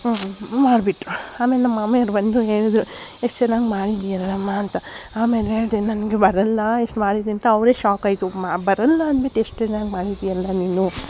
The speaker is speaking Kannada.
ಮಾಡ್ಬಿಟ್ರು ಆಮೇಲೆ ನಮ್ಮ ಮಾಮಿಯವ್ರು ಬಂದು ಹೇಳಿದರು ಎಷ್ಟು ಚೆನ್ನಾಗಿ ಮಾಡಿದ್ಯಲ್ಲಮ್ಮ ಅಂತ ಆಮೇಲೆ ಹೇಳಿದೆ ನನ್ಗೆ ಬರಲ್ಲ ಇಷ್ಟು ಮಾಡಿದ್ದಿ ಅಂತ ಅವರೇ ಶಾಕ್ ಆಯಿತು ಮ ಬರಲ್ಲ ಅನ್ಬಿಟ್ಟು ಎಷ್ಟು ಚೆನ್ನಾಗಿ ಮಾಡಿದ್ಯಲ್ಲ ನೀನು